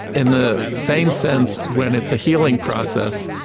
in the same sense when it's a healing process,